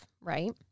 right